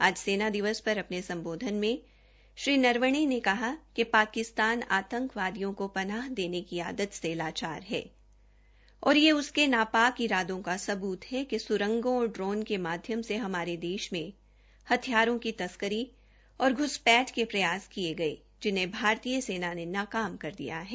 आज सेना दिवस पर अपने सम्बोधन में श्री नरवणे ने कहा कि पाकिस्तान आतंकवदियो को पनाह देने की अदात से लाचार है और ये उसके ना पाक इरादों का सबूत है कि स्रंगों और ड्रोन के माध्यम से हमारे देश मे हथियारों की तस्करी और घ्सपैठ के प्रयास किये गये जिन्हें भारतीय सेना ने नाकाम कर दिया है